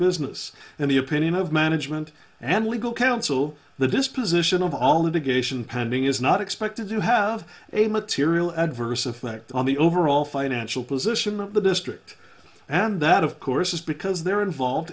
business and the opinion of management and legal counsel the disposition of all indication pending is not expected to have a material adverse effect on the overall financial position of the district and that of course is because they're involved